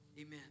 Amen